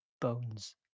bones